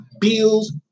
bills